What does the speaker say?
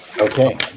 Okay